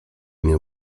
nie